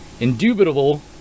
indubitable